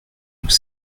nous